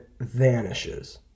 vanishes